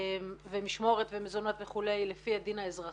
ומשמורת ומזונות וכולי לפי הדין האזרחי.